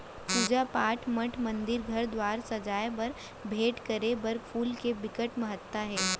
पूजा पाठ, मठ मंदिर, घर दुवार सजाए बर, भेंट करे बर फूल के बिकट महत्ता हे